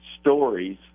stories